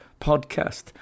podcast